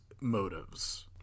motives